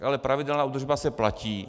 Ale pravidelná údržba se platí.